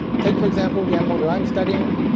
take for example the animal that i'm studying,